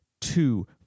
Two